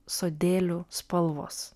sodėlių spalvos